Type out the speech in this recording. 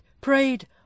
prayed